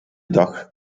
dag